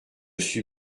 suis